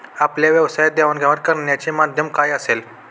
आपल्या व्यवसायात देवाणघेवाण करण्याचे माध्यम काय असेल?